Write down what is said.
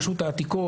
רשות העתיקות,